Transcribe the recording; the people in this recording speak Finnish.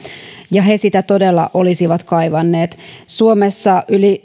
he sitä todella olisivat kaivanneet suomessa yli